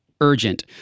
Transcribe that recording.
urgent